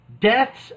deaths